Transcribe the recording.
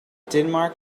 denmark